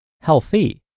healthy